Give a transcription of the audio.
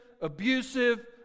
abusive